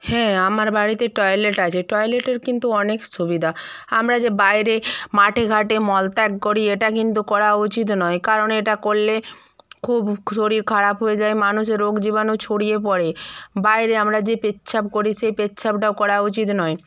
হ্যাঁ আমার বাড়িতে টয়লেট আছে টয়লেটের কিন্তু অনেক সুবিধা আমরা যে বাইরে মাঠে ঘাটে মল ত্যাগ করি এটা কিন্তু করা উচিত নয় কারণ এটা করলে খুব শরীর খারাপ হয়ে যায় মানুষে রোগ জীবাণু ছড়িয়ে পড়ে বাইরে আমরা যে পেচ্ছাপ করি সে পেচ্ছাপটাও করা উচিত নয়